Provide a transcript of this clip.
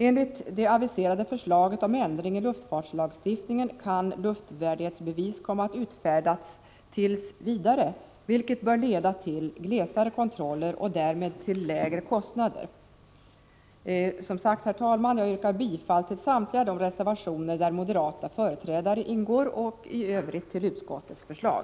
Enligt det aviserade förslaget om ändring i luftfartslagstiftningen kan emellertid luftvärdighetsbevis komma att utfärdas tills vidare, vilket bör leda till glesare kontroller och därmed lägre kostnader. Som sagt, herr talman: Jag yrkar bifall till samtliga de reservationer som underskrivits av moderata företrädare och i övrigt till utskottets förslag.